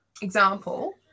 example